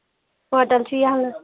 hotel چھُ یلہٕ